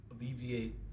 alleviate